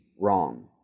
wrong